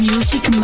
Music